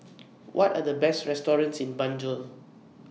What Are The Best restaurants in Banjul